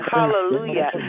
Hallelujah